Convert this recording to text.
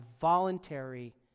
voluntary